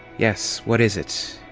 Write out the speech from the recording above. yes, what is it?